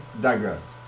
digress